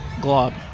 glob